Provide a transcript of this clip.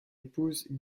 épouse